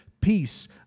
peace